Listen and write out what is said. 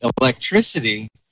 electricity